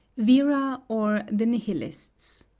vera or, the nihilists.